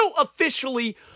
officially